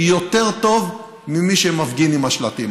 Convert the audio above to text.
יותר טוב ממי שמפגין עם השלטים,